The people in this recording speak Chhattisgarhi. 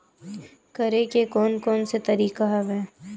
करे के कोन कोन से तरीका हवय?